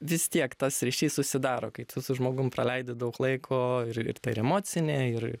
vis tiek tas ryšys susidaro kai tu su žmogum praleidi daug laiko ir ir per emocinę ir